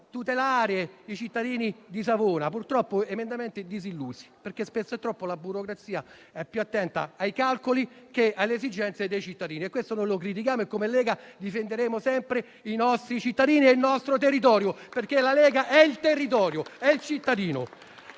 tutelare i cittadini di Savona, ma purtroppo tali emendamenti sono stati "disillusi", perché troppo spesso la burocrazia è più attenta ai calcoli che alle esigenze dei cittadini. Questo lo critichiamo e come Lega difenderemo sempre i nostri cittadini e il nostro territorio, perché la Lega è il territorio, è il cittadino,